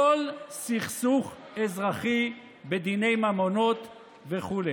בכל סכסוך אזרחי בדיני ממונות וכו'.